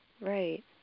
Right